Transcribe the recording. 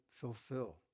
fulfill